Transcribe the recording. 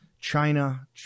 China